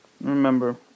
Remember